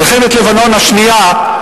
מלחמת לבנון השנייה,